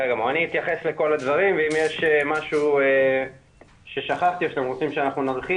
אני אתייחס לכל הדברים ואם יש משהו ששכחתי או שאתם רוצים שנרחיב,